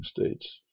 states